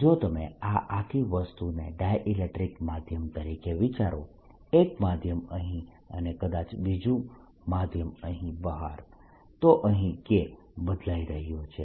જો તમે આ આખી વસ્તુને ડાયઈલેક્ટ્રીક માધ્યમ તરીકે વિચારો એક માધ્યમ અહીં અને કદાચ બીજુ માધ્યમ અહીં બહાર તો અહીં K બદલાઈ રહ્યો છે